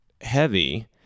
heavy